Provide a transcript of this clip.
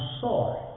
sorry